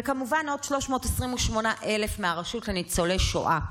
וכמובן עוד 328,000 מהרשות לניצולי שואה.